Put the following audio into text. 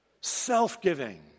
self-giving